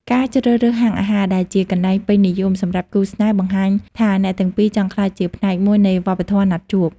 ការជ្រើសរើសហាងអាហារដែលជាកន្លែងពេញនិយមសម្រាប់គូស្នេហ៍ បង្ហាញថាអ្នកទាំងពីរចង់ក្លាយជាផ្នែកមួយនៃវប្បធម៌ណាត់ជួប។